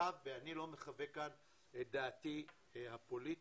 ואני לא מחווה כאן את דעתי הפוליטית,